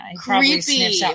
creepy